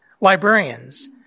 librarians